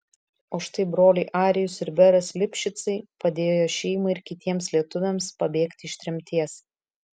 o štai broliai arijus ir beras lipšicai padėjo jo šeimai ir kitiems lietuviams pabėgti iš tremties